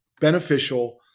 beneficial